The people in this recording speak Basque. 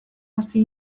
hasi